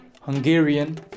Hungarian